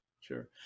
Sure